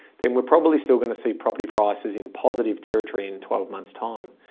then we're probably still going to see property prices in positive territory in twelve months time.